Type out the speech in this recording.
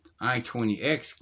I-20X